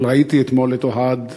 אבל ראיתי אתמול את אוהד בעגלה,